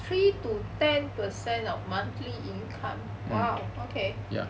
three to ten percent of monthly income !wow! okay